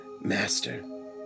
Master